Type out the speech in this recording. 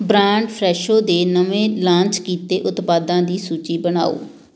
brand Fresho ਦੇ ਨਵੇਂ launch ਕੀਤੇ ਉਤਪਾਦਾਂ ਦੀ ਸੂਚੀ ਬਣਾਓ